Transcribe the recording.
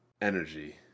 energy